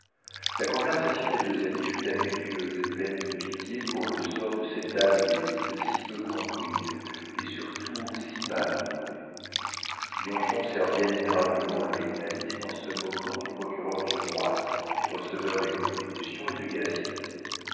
la conversation des deux amis fut affectueuse et pleine de pitié pour le sort de cette âme d'élite si peu comprise et surtout si mal entourée bianchon servit admirablement le journaliste en se moquant du procureur du roi du receveur des contributions et de gatien